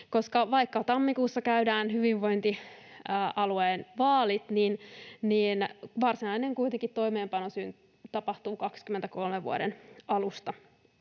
vaikka tammikuussa käydään hyvinvointialuevaalit, niin varsinainen toimeenpano kuitenkin tapahtuu vuoden 23 alusta.